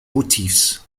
motifs